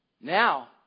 Now